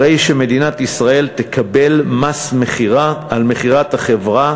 הרי שמדינת ישראל תקבל מס מכירה על מכירת החברה